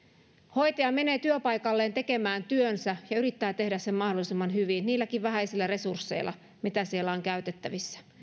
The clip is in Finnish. hoitaja menee työpaikalleen tekemään työnsä ja yrittää tehdä sen mahdollisimman hyvin niilläkin vähäisillä resursseilla mitä siellä on käytettävissä